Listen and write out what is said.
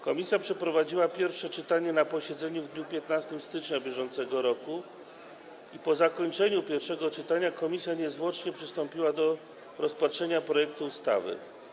Komisja przeprowadziła pierwsze czytanie na posiedzeniu w dniu 15 stycznia br. i po zakończeniu pierwszego czytania niezwłocznie przystąpiła do rozpatrzenia projektu ustawy.